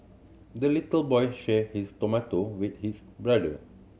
the little boy shared his tomato with his brother